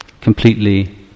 completely